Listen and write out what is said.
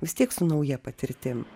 vis tiek su nauja patirtim